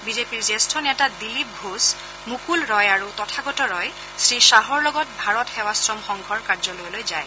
বিজেপিৰ জ্যেষ্ঠ নেতা দিলীপ ঘোষ মুকুল ৰয় আৰু তথাগত ৰয় শ্ৰীশ্বাহৰ লগত ভাৰত সেৱাশ্ৰম সংঘৰ কাৰ্যালয়লৈ যায়